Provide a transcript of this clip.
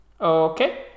Okay